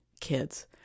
kids